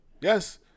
Yes